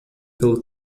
pelo